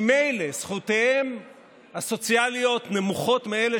ממילא זכויותיהם הסוציאליות נמוכות מאלה